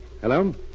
Hello